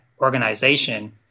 organization